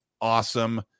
awesome